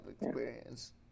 experience